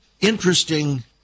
interesting